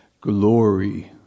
Glory